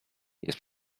jest